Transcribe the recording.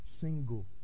single